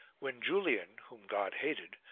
when julian, whom god hated,